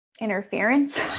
interference